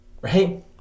right